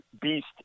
beast